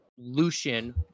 Lucian